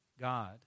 God